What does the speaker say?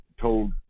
told